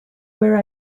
where